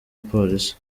polisi